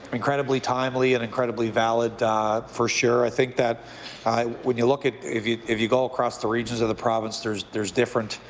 incredibly timely and incredibly valid for sure. i think that i when you look at if you if you go across the regions of the province there is there is different